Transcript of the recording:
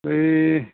बै